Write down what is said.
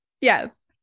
Yes